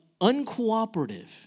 uncooperative